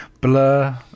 blur